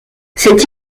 cette